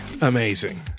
amazing